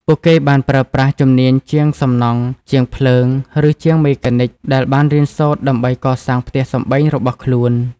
ពួកគេបានប្រើប្រាស់ជំនាញជាងសំណង់ ជាងភ្លើង ឬជាងមេកានិកដែលបានរៀនសូត្រដើម្បីកសាងផ្ទះសម្បែងរបស់ខ្លួន។